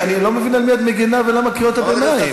אני לא מבין על מי את מגינה ולמה קריאות הביניים.